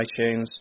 iTunes